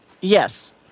yes